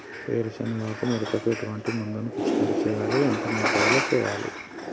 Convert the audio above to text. వేరుశెనగ ఆకు ముడతకు ఎటువంటి మందును పిచికారీ చెయ్యాలి? ఎంత మోతాదులో చెయ్యాలి?